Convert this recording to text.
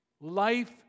life